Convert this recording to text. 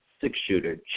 six-shooter